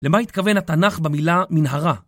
למה התכוון התנ״ך במילה מנהרה?